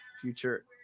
future